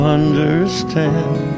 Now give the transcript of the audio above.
understand